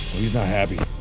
he's not happy.